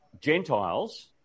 Gentiles